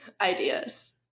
Ideas